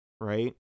right